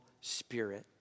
spirit